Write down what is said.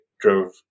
drove